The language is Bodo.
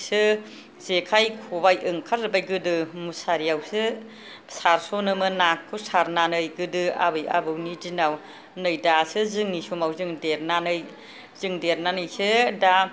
जेखाइ खबाइ ओंखार जोबबाय गोदो मुसारियावसो सारसनोमोन नाखौ सारनानै गोदो आबै आबौनि दिनाव नै दासो जोंनि समाव जों देरनानै जों देरनानैसो दा